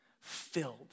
Filled